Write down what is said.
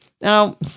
Now